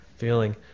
feeling